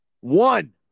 One